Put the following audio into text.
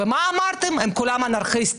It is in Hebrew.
ומה אמרתם הם כולם אנרכיסטים.